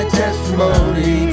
testimony